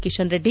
Kishan Reddy